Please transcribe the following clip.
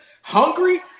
Hungry